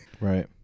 Right